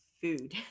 food